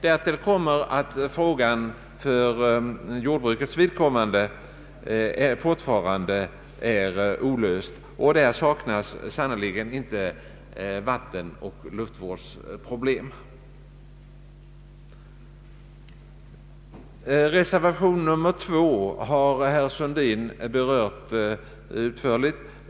Därtill kommer att frågan för jordbrukets vidkommande fortfarande är olöst, och där saknas inte vare sig vatteneller luftvårdsproblem. Reservation nr 2 har herr Sundin berört utförligt.